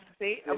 See